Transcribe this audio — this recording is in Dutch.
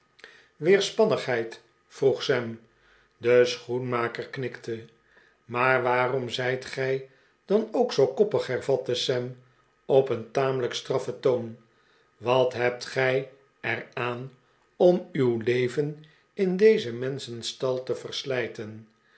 weerspannigheid vroeg sam de schoenmaker knikte maar waarom zijt gij dan ook zoo koppig hervatte sam op een tamelijk straffen toon wat hebt gij er aan om uw leven in dezen mehschenstal te verslijten